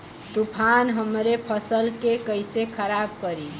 तूफान हमरे फसल के कइसे खराब करी?